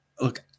Look